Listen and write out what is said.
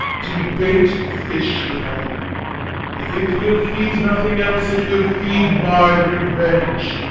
to bait fish withal if it will feed nothing else, it will feed my revenge.